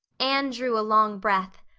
anne drew a long breath.